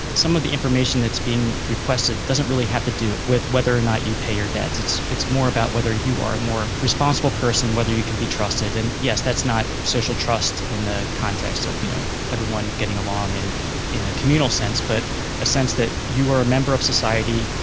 some of the information that's being requested doesn't really have to do with whether or not you pay your debts. it's it's more about whether you are a more responsible person, whether you can be trusted. and yes, that's not social trust in the context of, you know, everyone getting along and in a communal sense, but a sense that you are a member of society,